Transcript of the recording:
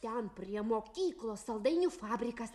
ten prie mokyklos saldainių fabrikas